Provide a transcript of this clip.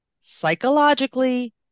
psychologically